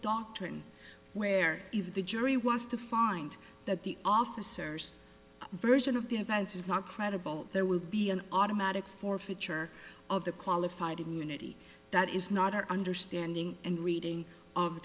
doctrine where if the jury was to find that the officers version of the events is not credible there would be an automatic forfeiture of the qualified immunity that is not our understanding and reading of